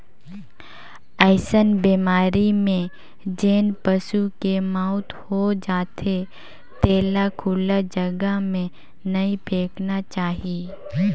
अइसन बेमारी में जेन पसू के मउत हो जाथे तेला खुल्ला जघा में नइ फेकना चाही